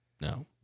No